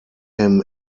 him